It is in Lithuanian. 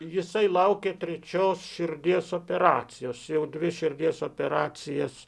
jisai laukė trečios širdies operacijos jau dvi širdies operacijas